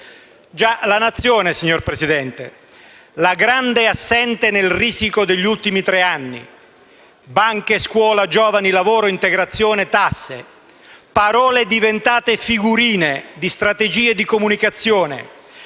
Già, la Nazione, signor Presidente, la grande assente nel risiko degli ultimi tre anni: banche, scuola, giovani, lavoro, integrazione e tasse, parole diventate figurine di strategie di comunicazione